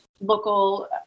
local